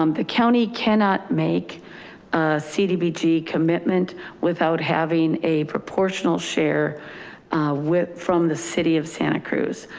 um the county cannot make a cdbg commitment without having a proportional, share a whip from the city of santa cruz.